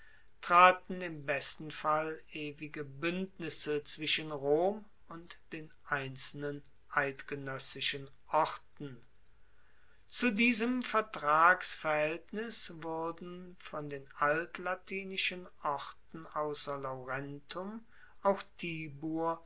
traten im besten fall ewige buendnisse zwischen rom und den einzelnen eidgenoessischen orten zu diesem vertragsverhaeltnis wurden von den altlatinischen orten ausser laurentum auch tibur